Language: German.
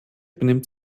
benimmt